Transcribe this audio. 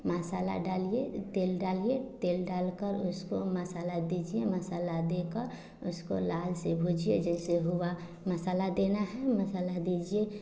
मसाला डालिए तेल डालिए तेल डालकर उसको मसाला दीजिए मसाला देकर उसको लाल से भूंजिए जैसे हुआ मसाला देना है मसाला दीजिए